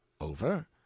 Over